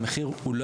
כן,